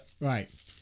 Right